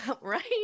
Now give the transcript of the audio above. right